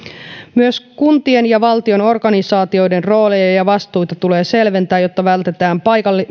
myös kuntien ja valtion organisaatioiden rooleja ja ja vastuita tulee selventää jotta vältetään